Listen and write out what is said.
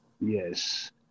Yes